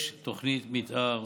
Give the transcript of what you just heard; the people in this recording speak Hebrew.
יש תוכנית מתאר,